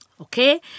Okay